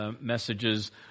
messages